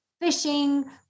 fishing